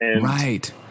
Right